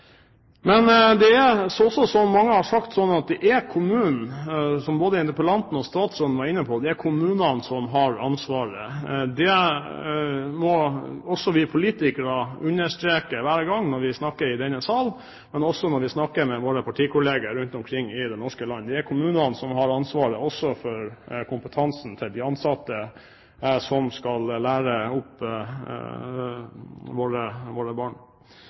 Men det er også, som det er sagt, og som både interpellanten og statsråden var inne på, kommunene som har ansvaret. Det må også vi politikere understreke hver gang vi snakker om det i denne sal, men også når vi snakker med våre partikollegaer rundt omkring i det norske land. Det er kommunene som har ansvaret, også for kompetansen til de ansatte som skal lære opp våre barn.